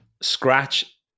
Scratch